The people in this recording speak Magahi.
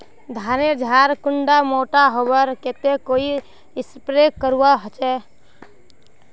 धानेर झार कुंडा मोटा होबार केते कोई स्प्रे करवा होचए?